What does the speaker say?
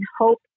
hope